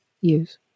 use